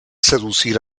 seducir